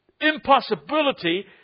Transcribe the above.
impossibility